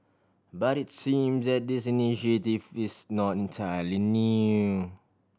but it seem that this initiative is not entirely new